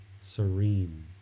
serene